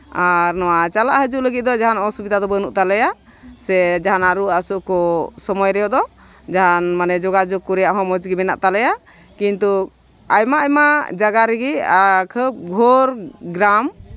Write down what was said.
ᱟᱨ ᱱᱚᱣᱟ ᱪᱟᱞᱟᱜ ᱦᱤᱡᱩᱜ ᱞᱟᱹᱜᱤᱫ ᱫᱚ ᱡᱟᱦᱟᱱ ᱚᱥᱩᱵᱤᱫᱷᱟ ᱫᱚ ᱵᱟᱹᱱᱩᱜ ᱛᱟᱞᱮᱭᱟ ᱥᱮ ᱡᱟᱦᱟᱱᱟᱜ ᱨᱩᱣᱟᱹ ᱦᱟᱹᱥᱩ ᱠᱚ ᱥᱚᱢᱚᱭ ᱨᱮᱫᱚ ᱡᱟᱦᱟᱱ ᱢᱟᱱᱮ ᱡᱳᱜᱟᱡᱳᱜᱽ ᱠᱚᱨᱮᱭᱟᱜ ᱦᱚᱸ ᱢᱚᱡᱽ ᱜᱮ ᱢᱮᱱᱟᱜ ᱛᱟᱞᱮᱭᱟ ᱠᱤᱱᱛᱩ ᱟᱭᱢᱟ ᱟᱭᱢᱟ ᱡᱟᱭᱜᱟ ᱨᱮᱜᱮ ᱜᱷᱳᱨ ᱜᱨᱟᱢ